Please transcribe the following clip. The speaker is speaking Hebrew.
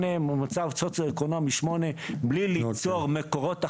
במצב סוציו-אקונומי 8, מבלי ליצור מקורות הכנסה,